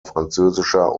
französischer